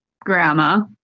grandma